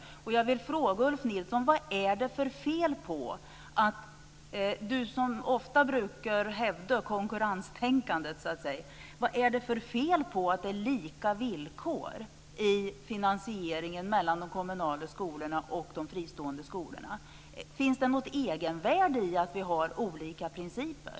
Jag vill ställa en fråga Ulf Nilsson, som ofta brukar hävda konkurrenstänkandet: Vad är det för fel på att det är lika villkor i finansieringen mellan de kommunala skolorna och de fristående skolorna? Finns det något egenvärde i att vi har olika principer?